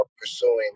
pursuing